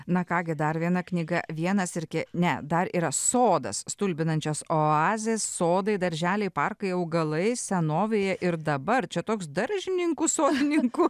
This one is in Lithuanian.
na ką gi dar viena knyga vienas irgi ne dar yra sodas stulbinančios oazės sodai darželiai parkai augalai senovėje ir dabar čia toks daržininkų sodininkų